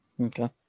Okay